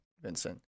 Vincent